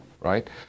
Right